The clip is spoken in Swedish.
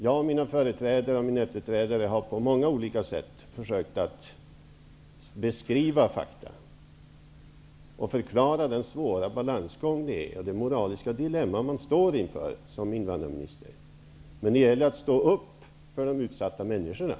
Jag, mina företrädare och min efterträdare har på många sätt försökt att beskriva fakta och förklara den svåra balansgång och det moraliska dilemma man står inför som invandrarminister. Det gäller att stå upp för de utsatta människorna.